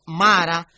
mara